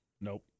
Nope